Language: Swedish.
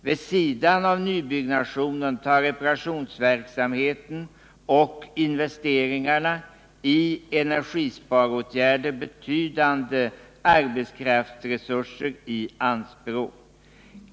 Vid sidan av nybyggnationen tar reparationsverksamheten och investeringarna i energisparåtgärder betydande arbetskraftsresurser i anspråk.